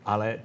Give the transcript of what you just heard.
Ale